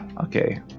okay